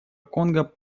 конго